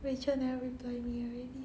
rachel never reply me already